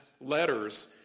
letters